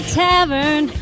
tavern